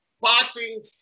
boxing